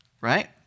right